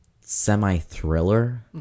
semi-thriller